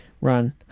Run